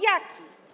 Jaki?